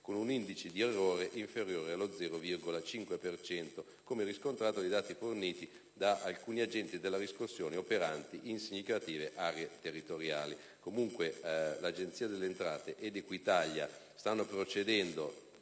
con un indice di errore inferiore allo 0,5 per cento, come riscontrato dai dati forniti da alcuni agenti della riscossione operanti in significative aree territoriali. Comunque, l'Agenzia delle entrate ed Equitalia stanno procedendo